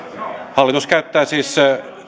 hallitus käyttää siis